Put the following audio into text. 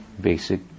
basic